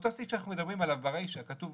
באותו סעיף שאנחנו מדברים עליו ברישה כתוב